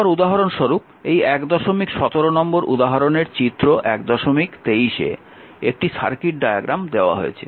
তারপর উদাহরণস্বরূপ এই 117 নম্বর উদাহরনের চিত্র 123 এ একটি সার্কিট ডায়াগ্রাম দেওয়া হয়েছে